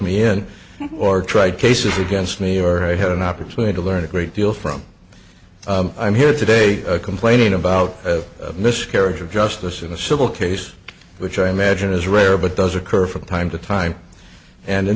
me in or tried cases against me or had an opportunity to learn a great deal from i'm here today complaining about miscarriage of justice in a civil case which i imagine is rare but does occur from time to time and in